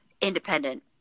independent